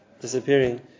disappearing